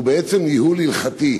שהוא בעצם ניהול הלכתי,